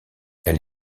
elle